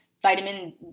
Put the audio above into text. Vitamin